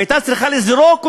הייתה צריכה לזרוק אותן,